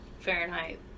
fahrenheit